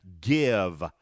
give